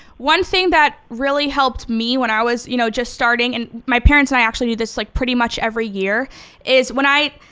one thing that really helped me when i was you know just starting, and my parents and i actually do this like pretty much every year is when i,